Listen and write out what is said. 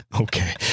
Okay